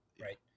right